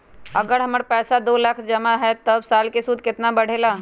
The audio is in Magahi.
अगर हमर पैसा दो लाख जमा है त साल के सूद केतना बढेला?